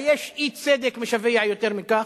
היש אי-צדק משווע יותר מכך?